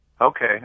Okay